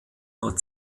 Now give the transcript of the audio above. nur